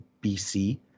BC